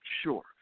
sure